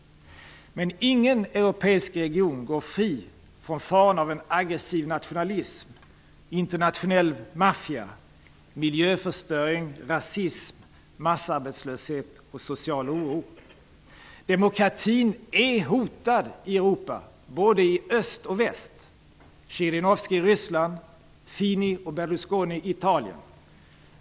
Men ingen europeisk region går fri från faran av aggressiv nationalism, internationell maffia, miljöförstöring, rasism, massarbetslöshet eller social oro. Demokratin är hotad i Europa, både i öst och väst. Vi har Zjirinovskij i Ryssland och Fini och Berlusconi i Italien.